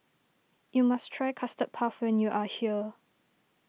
you must try Custard Puff when you are here